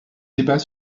débat